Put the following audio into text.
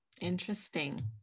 Interesting